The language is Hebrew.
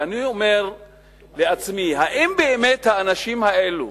ואני אומר לעצמי: האם באמת האנשים האלה